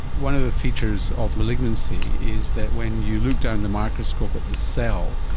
one of the features of malignancy is that when you look down the microscope at this cell,